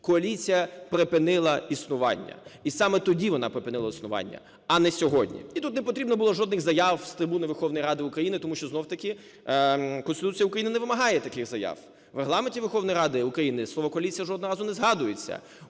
коаліція припинила існування, і саме тоді вона припинила існування, а не сьогодні. І тут не потрібно було жодних заяв з трибуни Верховної Ради України, тому що, знов таки, Конституція України не вимагає таких заяв. У Регламенті Верховної Ради України слово "коаліція" жодного разу не згадується,